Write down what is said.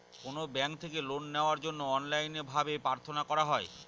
কোনো ব্যাঙ্ক থেকে লোন নেওয়ার জন্য অনলাইনে ভাবে প্রার্থনা করা হয়